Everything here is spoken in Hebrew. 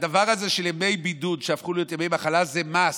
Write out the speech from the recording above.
הדבר הזה של ימי בידוד שהפכו להיות ימי מחלה זה מס.